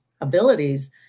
abilities